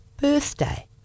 birthday